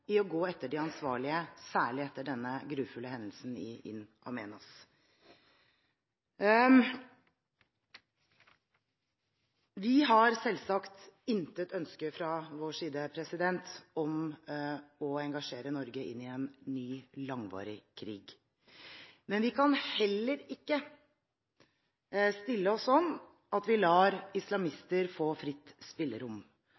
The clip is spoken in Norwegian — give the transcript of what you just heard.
i å gå etter de ansvarlige, spesielt etter denne grufulle hendelsen i In Amenas. Vi har selvsagt intet ønske fra vår side om å engasjere Norge i en ny langvarig krig, men vi kan heller ikke stille oss slik at vi lar